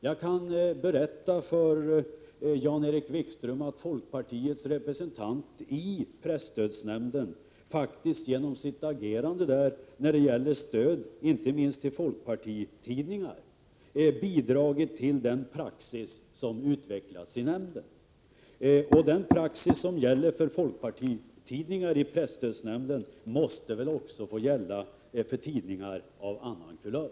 Jag kan berätta för Jan-Erik Wikström att folkpartiets representant i presstödsnämnden genom sitt agerande där, inte minst i fråga om stöd till folkpartitidningar, har bidragit till den praxis som utvecklats i nämnden. Den praxis för folkpartitidningar som gäller i presstödsnämnden måste väl också gälla för tidningar av annan kulör.